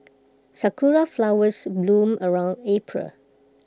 Sakura Flowers bloom around April